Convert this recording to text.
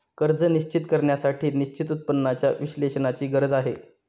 कर्ज निश्चित करण्यासाठी निश्चित उत्पन्नाच्या विश्लेषणाची गरज आहे